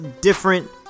different